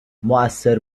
موثر